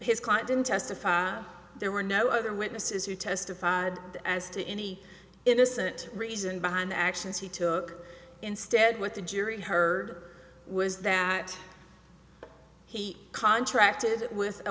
his client didn't testify there were no other witnesses who testified as to any innocent reason behind the actions he took instead what the jury heard was that he contracted with a